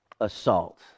assault